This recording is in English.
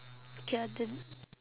okay lah then